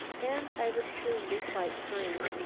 and i would soon be quite free.